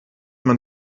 man